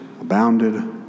abounded